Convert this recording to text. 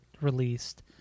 released